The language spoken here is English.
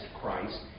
Christ